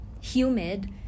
humid